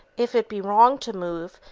if it be wrong to move,